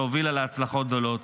שהובילה להצלחות גדולות.